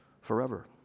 forever